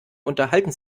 unterhalten